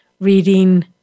reading